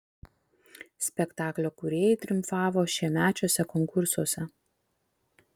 spektaklio kūrėjai triumfavo šiemečiuose konkursuose